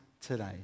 today